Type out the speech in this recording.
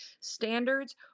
standards